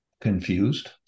confused